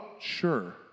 Sure